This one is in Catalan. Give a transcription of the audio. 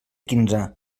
quinze